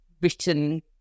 written